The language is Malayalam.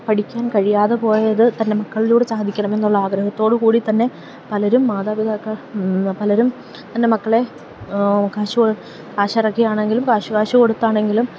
പഠിക്കാൻ കഴിയാതെ പോയതു തന്റെ മക്കളിലൂടെ സാധിക്കണമെന്നുള്ള ആഗ്രഹത്തോടു കൂടിത്തന്നെ പലരും മാതാപിതാക്കൾ പലരും തന്റെ മക്കളെ കാശ് കാശിറക്കിയാണെങ്കിലും കാശു കൊടുത്താണെങ്കിലും